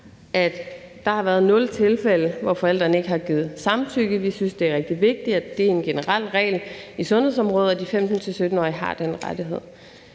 at der har været nul tilfælde, hvor forældrene ikke har givet samtykke, og at vi synes, det er rigtig vigtigt, at det er en generel regel på sundhedsområdet, at de 15-17-årige har den rettighed.